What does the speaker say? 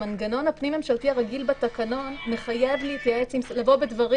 המנגנון הפנים-ממשלתי הרגיל בתקנון מחייב לבוא בדברים,